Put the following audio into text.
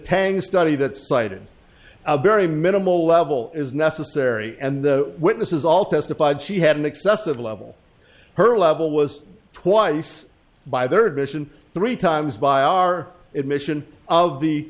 tang study that cited a very minimal level is necessary and the witnesses all testified she had an excessive level her level was twice by their admission three times by our admission of the